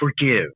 forgive